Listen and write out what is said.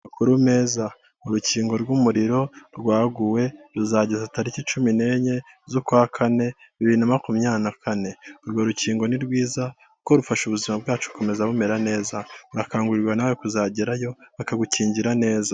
Amakuru meza urukingo rw'umuriro rwahuguwe ruzageza tariki cumi n'enye z'ukwa kane bibiri na makumyabiri na kane, urwo rukingo ni rwiza kuko rufasha ubuzima bwacu gukomeza bumera neza, urakangurirwa nawe kuzagerayo bakagukingira neza.